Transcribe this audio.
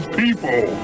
people